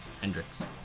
hendrix